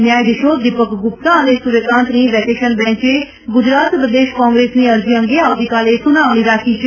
ન્યાયાધીશો દીપક ગુપ્તા અને સૂર્યકાન્તની વેકેશન બેન્ચે ગુજરાત પ્રદેશ કોંગ્રેસની અરજી અંગે આવતીકાલે સુનાવણી રાખી છે